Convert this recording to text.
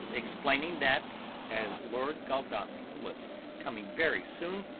explaining that, as lord godalming was coming very soon,